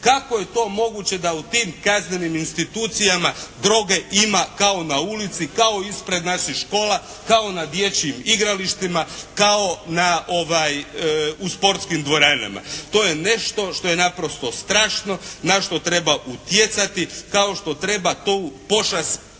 Kako je to moguće da u tim kaznenim institucijama droge ima kao na ulici, kao ispred naših škola, kao na dječjim igralištima, kao u sportskim dvoranama. To je nešto što je naprosto strašno, na što treba utjecati kao što treba tu pošast suzbiti